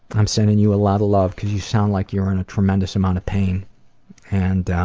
i'm sending you a lot of love cause you sound like you're in a tremendous amount of pain and um